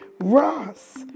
Ross